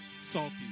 salty